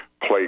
play